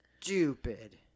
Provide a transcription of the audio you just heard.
stupid